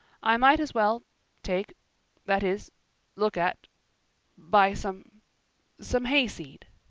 i might as well take that is look at buy some some hayseed.